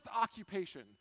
occupation